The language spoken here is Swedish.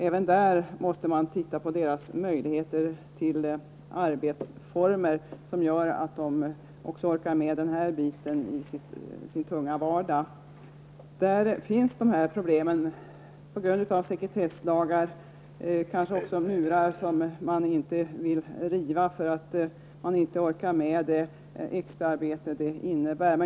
Även där måste man se över arbetsformerna, så att socialarbetarna orkar med också den här biten i den tunga vardagen, där dessa problem återfinns till följd av sekretesslagar. Det finns kanske också murar som man inte vill riva för att man inte orkar med det extra arbete detta innebär.